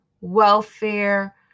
welfare